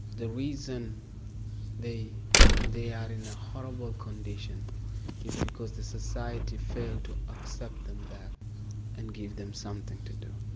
the reason they they are in a horrible condition is because the society failed to accept them back and give them something to do.